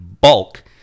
bulk